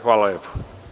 Hvala lepo.